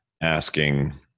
asking